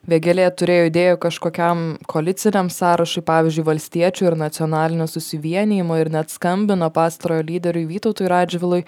vėgėlė turėjo idėjų kažkokiam koaliciniam sąrašui pavyzdžiui valstiečių ir nacionalinio susivienijimo ir net skambino pastarojo lyderiui vytautui radžvilui